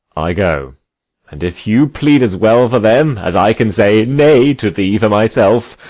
i go and if you plead as well for them as i can say nay to thee for myself,